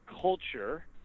culture